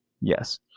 Yes